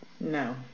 no